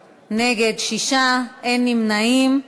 נגד, 6, אין נמנעים.